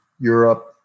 Europe